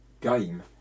game